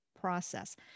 process